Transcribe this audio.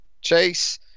Chase –